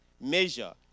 measure